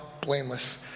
blameless